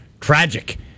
tragic